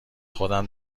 خودم